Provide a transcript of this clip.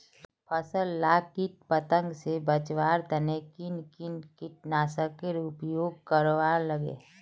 फसल लाक किट पतंग से बचवार तने किन किन कीटनाशकेर उपयोग करवार लगे?